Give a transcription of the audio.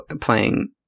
playing